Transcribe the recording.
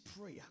prayer